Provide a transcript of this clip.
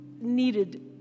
needed